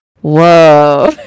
whoa